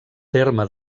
terme